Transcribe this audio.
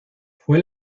fue